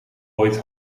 ooit